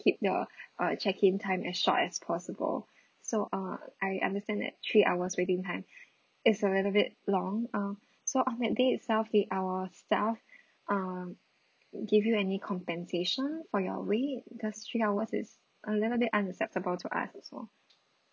keep the uh check in time as short as possible so uh I understand that three hours waiting time is a little bit long uh so on that day itself did our staff uh give you any compensation for your wait because three hours is a little bit unacceptable to us as well